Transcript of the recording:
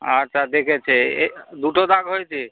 আচ্ছা দেখেছে এ এ দুটো দাগ হয়েছে